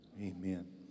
Amen